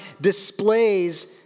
displays